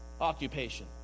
occupation